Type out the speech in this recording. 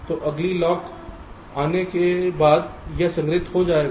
तो अगली लॉक आने के बाद यह संग्रहीत हो जाएगा